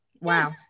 Wow